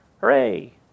Hooray